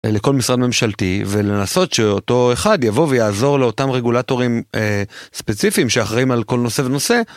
לכל משרד ממשלתי ולנסות שאותו אחד יבוא ויעזור לאותם רגולטורים ספציפיים שאחראים על כל נושא ונושא.